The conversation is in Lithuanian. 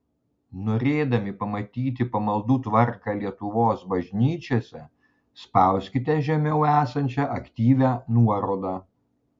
norėdami pamatyti pamaldų tvarką lietuvos bažnyčiose spauskite žemiau esančią aktyvią nuorodą